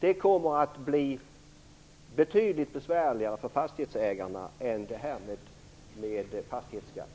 Det kommer att bli betydligt besvärligare för fastighetsägarna än detta med fastighetsskatten.